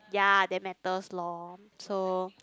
ya that matters lor so